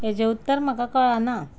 हाजें उत्तर म्हाका कळाना